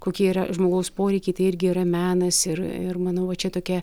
kokie yra žmogaus poreikiai tai irgi yra menas ir ir manau va čia tokia